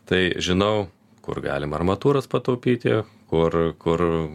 tai žinau kur galima armatūros pataupyti kur kur